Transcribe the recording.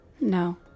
No